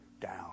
down